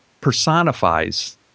personifies